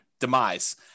demise